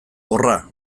horra